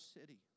city